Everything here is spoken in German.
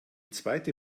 zweite